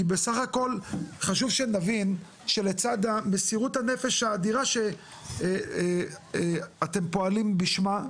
כי בסך הכל חשוב שנבין שלצד מסירות הנפש האדירה שאתם פועלים בשמה,